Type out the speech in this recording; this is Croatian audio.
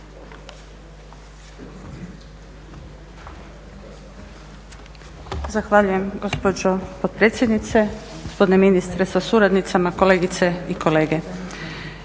Zahvaljujem gospođo potpredsjednice, gospodine ministre sa suradnicama, kolegice i kolege.